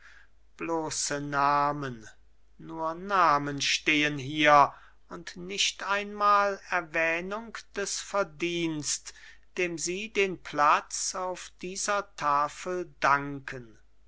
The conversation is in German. bloße namen nur namen stehen hier und nicht einmal erwähnung des verdiensts dem sie den platz auf dieser tafel danken